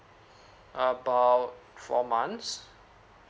about four months